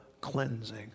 cleansing